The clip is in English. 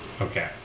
Okay